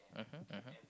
mmhmm mmhmm